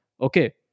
Okay